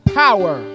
power